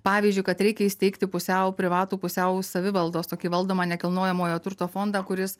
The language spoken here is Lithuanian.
pavyzdžiui kad reikia įsteigti pusiau privatų pusiau savivaldos tokį valdomą nekilnojamojo turto fondą kuris